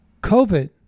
COVID